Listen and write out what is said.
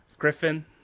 Griffin